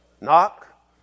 Knock